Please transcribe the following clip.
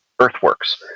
Earthworks